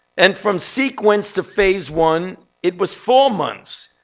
and from sequence to phase one, it was four months.